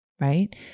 right